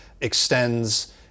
extends